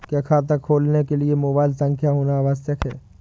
क्या खाता खोलने के लिए मोबाइल संख्या होना आवश्यक है?